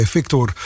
Victor